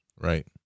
right